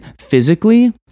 physically